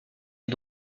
est